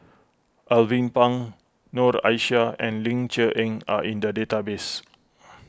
Alvin Pang Noor Aishah and Ling Cher Eng are in the database